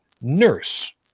nurse